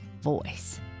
voice